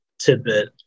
tidbit